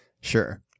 Sure